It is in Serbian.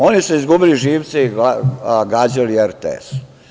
Oni su izgubili živce i gađali RTS.